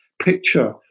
Picture